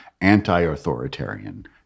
anti-authoritarian